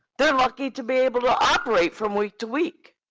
they're lucky to be able to operate from week to week.